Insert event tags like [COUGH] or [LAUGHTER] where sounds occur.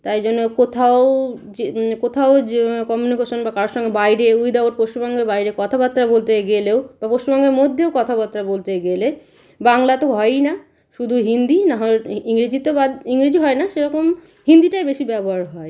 তাই জন্য কোথাও [UNINTELLIGIBLE] কোথাও [UNINTELLIGIBLE] কমিউনিকেশন বা কারো সঙ্গে বাইরে উইদাউট পশ্চিমবঙ্গের বাইরে কথাবার্তা বলতে গেলেও বা পশ্চিমবঙ্গের মধ্যেও কথাবার্তা বলতে গেলে বাংলা তো হয়ই না শুধু হিন্দি না হলে ইংরেজিতে বা ইংরেজি হয় না সেরকম হিন্দিটাই বেশি ব্যবহার হয়